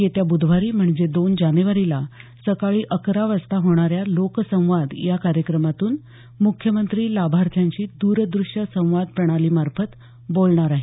येत्या ब्धवारी म्हणजे दोन जानेवारीला सकाळी अकरा वाजता होणाऱ्या लोकसंवाद या कार्यक्रमातून मुख्यमंत्री लाभार्थ्यांशी द्रदृष्य संवाद प्रणालीमार्फत बोलणार आहेत